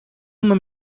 uma